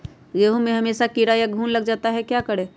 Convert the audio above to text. गेंहू में हमेसा कीड़ा या घुन लग जाता है क्या करें?